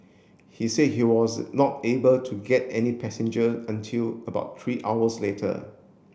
he said he was not able to get any passenger until about three hours later